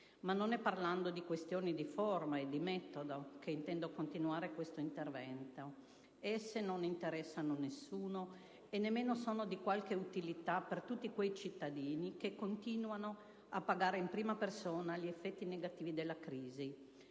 Ma non è parlando di questioni di forma e di metodo che intendo continuare questo intervento; esse non interessano nessuno e nemmeno sono di qualche utilità per tutti quei cittadini che continuano a pagare in prima persona gli effetti negativi della grave